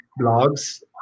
blogs